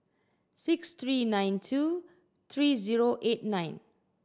six three nine two three zero eight nine